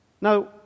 Now